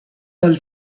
dal